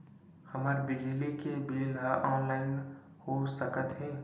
हमर बिजली के बिल ह ऑनलाइन हो सकत हे?